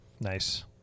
Nice